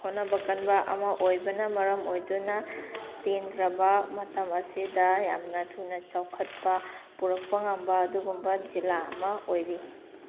ꯍꯣꯠꯅꯕ ꯀꯟꯕ ꯑꯃ ꯑꯣꯏꯕꯅ ꯃꯔꯝ ꯑꯣꯏꯗꯨꯅ ꯇꯦꯟꯈ꯭ꯔꯕ ꯃꯇꯝ ꯑꯁꯤꯗ ꯌꯥꯝꯅ ꯊꯨꯅ ꯆꯥꯎꯈꯠꯄ ꯄꯣꯔꯛꯄ ꯉꯝꯕ ꯑꯗꯨꯒꯨꯝꯕ ꯖꯤꯜꯂꯥ ꯑꯃ ꯑꯣꯏꯔꯤ